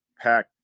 pack